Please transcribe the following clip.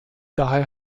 daher